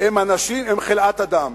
הם חלאת אדם.